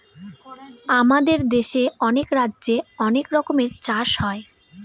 আমাদের দেশে অনেক রাজ্যে অনেক রকমের চাষ হয়